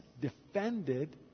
defended